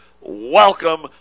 welcome